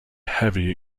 heavy